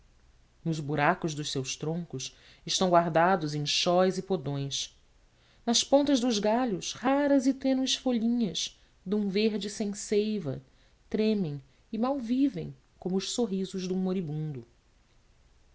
nos buracos dos seus troncos estão guardados enxós e podões nas pontas dos galhos raras e tênues folhinhas de um verde sem seiva tremem e mal vivem como os sorrisos de um moribundo